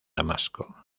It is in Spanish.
damasco